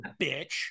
bitch